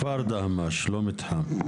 כפר דהמש, לא מתחם.